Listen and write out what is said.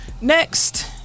Next